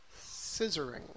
scissoring